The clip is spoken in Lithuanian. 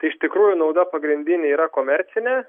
tai iš tikrųjų nauda pagrindinė yra komercinė